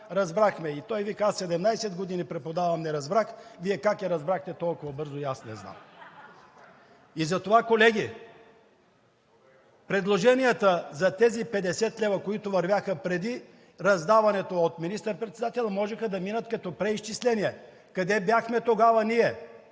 разбрахме я.“ Той казва: „Аз 17 години преподавам – не разбрах, Вие как я разбрахте толкова бързо и аз не знам!?“ (Смях.) Затова, колеги, предложенията за тези 50 лв., които вървяха преди раздаването от министър-председателя, можеха да минат като преизчисления. Къде бяхме тогава ние?